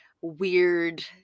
weird